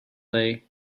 day